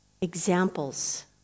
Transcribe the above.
examples